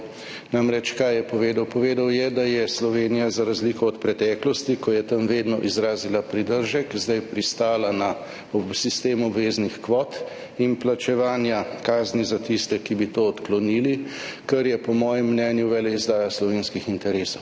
Namreč, kaj je povedal? Povedal je, da je Slovenija za razliko od preteklosti, ko je tam vedno izrazila pridržek, zdaj pristala na sistem obveznih kvot in plačevanja kazni za tiste, ki bi to odklonili, kar je po mojem mnenju veleizdaja slovenskih interesov.